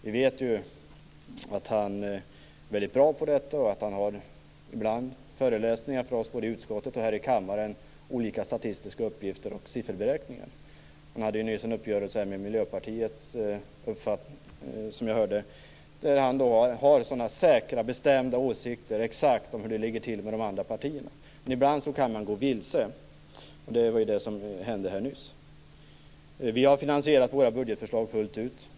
Vi vet ju att han är mycket bra på detta och att han ibland har föreläsningar för oss både i utskottet och här i kammaren då han redogör för olika statistiska uppgifter och sifferberäkningar. Han hade nyss en uppgörelse med Miljöpartiet. Han har säkra, bestämda åsikter och vet exakt hur det ligger till med de andra partierna. Men ibland kan man gå vilse, och det var det som hände nyss. Vi har finansierat våra budgetförslag fullt ut.